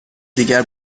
دیگر